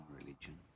religion